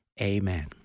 Amen